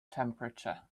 temperature